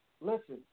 Listen